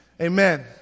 Amen